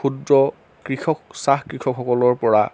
ক্ষুদ্ৰ কৃষক চাহ কৃষকসকলৰপৰা